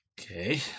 Okay